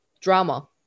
drama